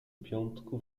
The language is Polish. piątku